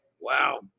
Wow